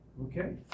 okay